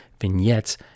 vignettes